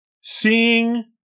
seeing